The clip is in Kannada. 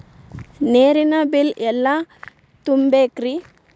ನೇರಿನ ಬಿಲ್ ಎಲ್ಲ ತುಂಬೇಕ್ರಿ?